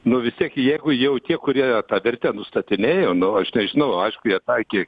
nu vis tiek jeigu jau tie kurie tą vertę nustatinėjo nu aš nežinau aišku jie taikė